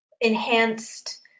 enhanced